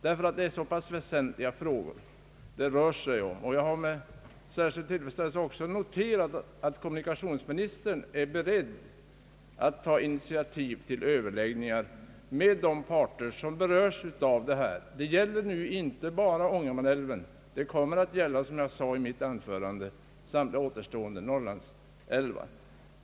Det rör sig ju om väsentliga frågor. Jag har med särskild tillfredsställelse noterat att kommunikationsministern är beredd att ta intitiativ till överläggningar med de parter som är berörda. Det gäller nu inte bara Ångermanälven, utan det kommer att gälla, som jag sade i mitt tidigare anförande, samtliga återstående Norrlandsälvar.